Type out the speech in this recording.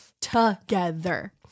Together